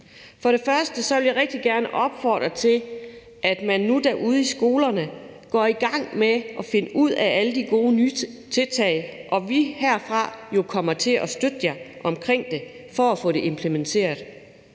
For det første vil jeg rigtig gerne opfordre til, at man nu derude i skolerne går i gang med at finde ud af, hvad alle de gode nye tiltag er, og at vi herfra kommer til at støtte jer omkring det for at få det implementeret.